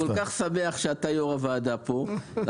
אני רוצה להגיד לך,